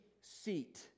seat